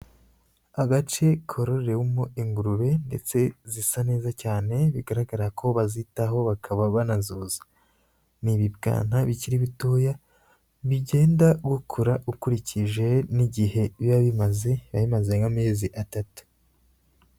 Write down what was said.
Agace karorewemo ingurube ndetse zisa neza cyane, bigaragara ko bazitaho bakaba banazoza. Ni ibibwana bikiri bitoya, bigenda bikura ukurikije n'igihe biba bimaze, biba bimaze nk'amezi atatu.